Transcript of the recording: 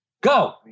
go